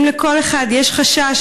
ואם לכל אחד יש חשש,